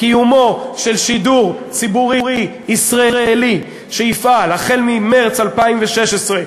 קיומו של שידור ציבורי ישראלי שיפעל החל ממרס 2016,